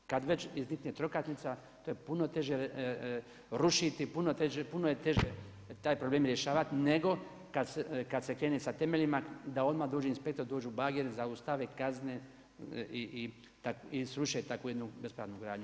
Kad već iznikne trokatnica, to je puno teže rušiti, puno je teže taj problem rješavati nego kad se krene sa temeljima da odmah dođe inspektor, dođu bageri, zaustave, kazne i sruše tako jednu bespravnu gradnju.